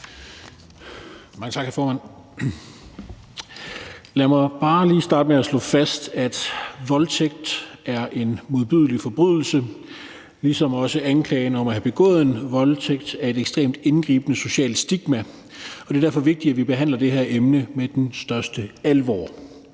Mange tak, hr. formand. Lad mig bare lige starte med at slå fast, at voldtægt er en modbydelig forbrydelse, ligesom også anklagen om at have begået en voldtægt er et ekstremt indgribende socialt stigma, og det er derfor vigtigt, at vi behandler det her emne med den største alvor.